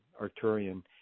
Arturian